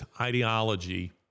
ideology